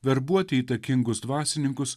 verbuoti įtakingus dvasininkus